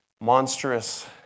monstrous